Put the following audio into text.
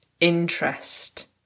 interest